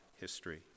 history